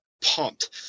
pumped